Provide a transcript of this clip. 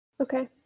Okay